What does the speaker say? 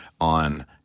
on